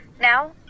Now